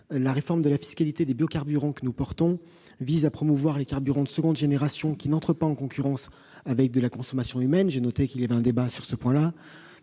La réforme de la fiscalité des biocarburants que nous portons vise à promouvoir les carburants de seconde génération qui n'entrent pas en concurrence avec de la consommation humaine- j'ai bien noté qu'il y avait un débat sur ce sujet.